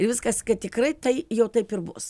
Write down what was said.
ir viskas kad tikrai tai jau taip ir bus